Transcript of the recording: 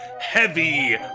Heavy